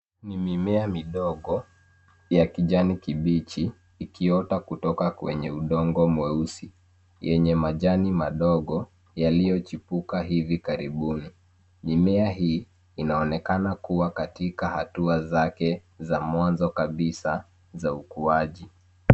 Ni mimea midogo, ya kijani kibichi, ikiota kutoka kwenye udongo mweusi, yenye majani madogo, yaliochipuka hivi karibuni. Mimea hii, inaonekana kuwa katika hatuwa zake za mwanzo kabisa za ukuwaji.